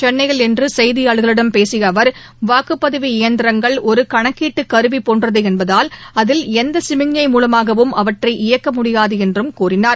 சென்னையில் இன்றுசெய்தியாளர்களிடம் பேசியஅவர் வாக்குப்பதிவு இயந்திரங்கள் ஒருகணக்கீட்டுகருவிபோன்றதுஎன்பதால் அதில் எந்தசமிக்ளு மூவமாகவும் அவற்றை இயக்கமுடியாதுஎன்றும் கூறினார்